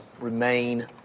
remain